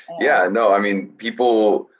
yeah, no, i mean, people,